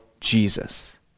Jesus